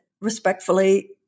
respectfully